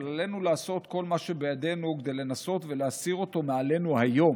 אבל עלינו לעשות כל מה שבידינו כדי לנסות ולהסיר אותו מעלינו היום.